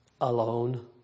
alone